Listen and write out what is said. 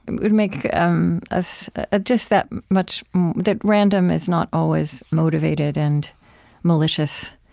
would make um us ah just that much that random is not always motivated and malicious.